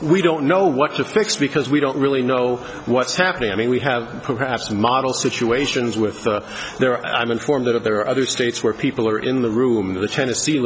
we don't know what to fix because we don't really know what's happening i mean we have perhaps model situations with there i'm informed that there are other states where people are in the room and the tennessee